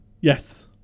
Yes